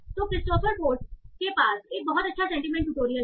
तो Christopher Potts के पास एक बहुत अच्छा सेंटीमेंट ट्यूटोरियल है